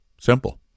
Simple